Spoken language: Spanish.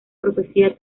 profecía